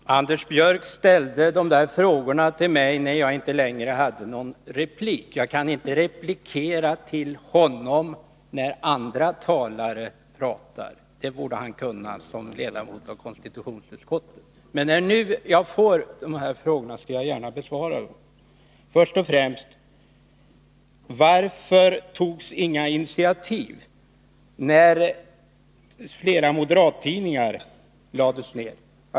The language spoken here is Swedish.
Herr talman! Anders Björck ställde sina frågor till mig när jag inte längre hade någon replikrätt. Jag kan inte replikera till honom när andra talare pratar; det borde han känna till som ledamot av konstitutionsutskottet. Men när jag nu har fått de här frågorna igen skall jag gärna besvara dem. Först och främst: Varför togs inga initiativ när flera moderattidningar lades ned?